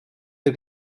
der